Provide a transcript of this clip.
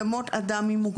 לדמות אדם עם מוגבלות.